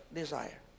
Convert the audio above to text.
desire